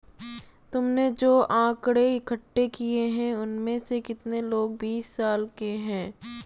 तुमने जो आकड़ें इकट्ठे किए हैं, उनमें से कितने लोग बीस साल के हैं?